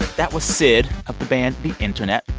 that was syd of the band the internet.